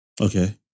Okay